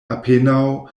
apenaŭ